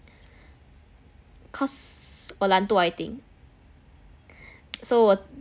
cause 我懒惰 I think so 我